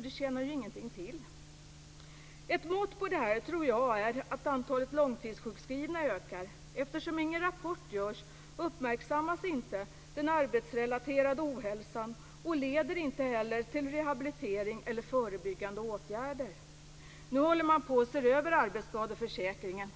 Det tjänar ju ingenting till. Ett mått på detta, tror jag, är att antalet långtidssjukskrivna ökar. Eftersom ingen rapport görs uppmärksammas inte den arbetsrelaterade ohälsan och leder inte heller till rehabilitering eller förebyggande åtgärder. Nu håller man på att se över arbetsskadeförsäkringen.